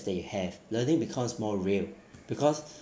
that you have learning becomes more real because